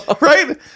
right